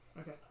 okay